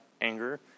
anger